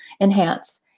enhance